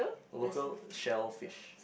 local shellfish